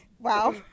Wow